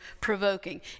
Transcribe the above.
provoking